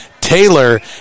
Taylor